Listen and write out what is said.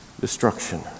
destruction